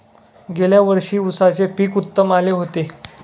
गेल्या वर्षी उसाचे पीक उत्तम आले होते